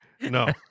No